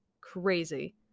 crazy